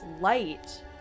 light